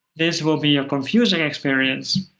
this will be a confusing experience,